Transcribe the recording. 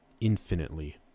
Infinitely